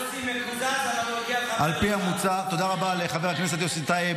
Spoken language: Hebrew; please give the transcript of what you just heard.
יוסי מקוזז אבל הוא --- תודה רבה לחבר הכנסת יוסי טייב,